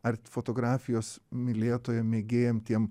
ar fotografijos mylėtojam mėgėjam tiem